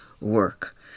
work